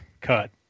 cut